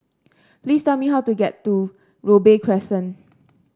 please tell me how to get to Robey Crescent